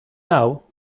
now